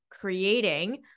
creating